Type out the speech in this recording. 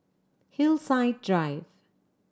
Hillside Drive